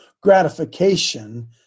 gratification